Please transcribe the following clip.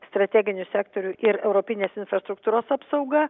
strateginių sektorių ir europinės infrastruktūros apsauga